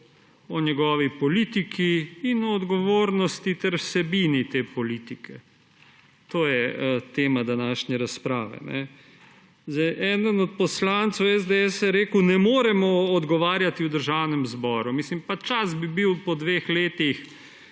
o njegovi politiki in o odgovornosti ter vsebini te politike. To je tema današnje razprave. Eden od poslancev SDS je rekel, da ne moremo odgovarjati v Državnem zboru. Po dveh letih